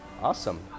Awesome